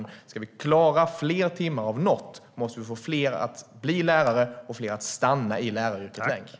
Om vi då ska klara fler timmar av något måste vi få fler att bli lärare och fler att stanna i läraryrket längre.